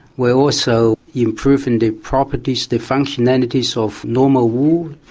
we're also improving the properties, the functionalities of normal wool,